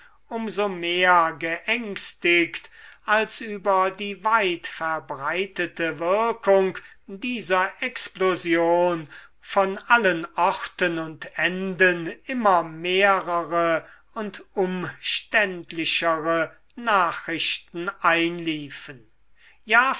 so mehr geängstigt als über die weitverbreitete wirkung dieser explosion von allen orten und enden immer mehrere und umständlichere nachrichten einliefen ja